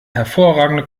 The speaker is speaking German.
hervorragende